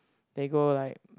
they go like